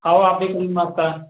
आओ आपको भी